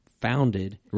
founded